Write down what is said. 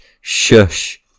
shush